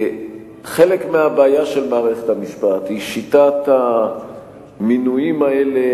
חלק מהבעיה של מערכת המשפט היא שיטת המינויים האלה,